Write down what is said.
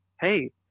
hey